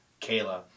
Kayla